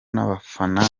n’abafana